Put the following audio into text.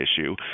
issue